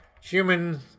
human